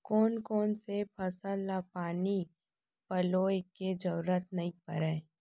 कोन कोन से फसल ला पानी पलोय के जरूरत नई परय?